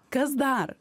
kas dar